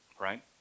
Right